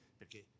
perché